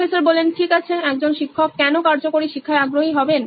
professor ঠিক আছে একজন শিক্ষক কেন কার্যকরী শিক্ষায় আগ্রহী হবেন